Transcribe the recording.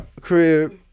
crib